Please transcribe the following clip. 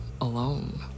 alone